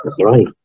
right